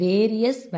Various